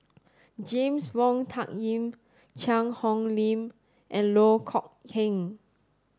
James Wong Tuck Yim Cheang Hong Lim and Loh Kok Heng